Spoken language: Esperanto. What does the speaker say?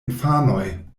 infanoj